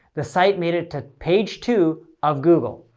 the site made it to page two of google.